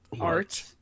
Art